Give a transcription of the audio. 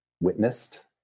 witnessed